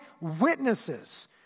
witnesses